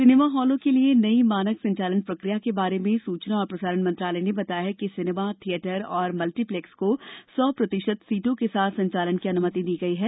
cinema हॉलों के लिए नई मानक संचालन प्रक्रिया के बारे में सूचना और प्रसारण मंत्रालय ने बताया कि सिनेमा थियेटर और मल्टीप्लेक्स को सौ प्रतिशत सीटों के साथ संचालन की अनुमति दी गई है